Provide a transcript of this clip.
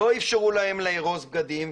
לא אפשרו להם לארוז בגדים,